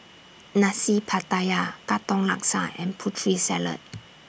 Nasi Pattaya Katong Laksa and Putri Salad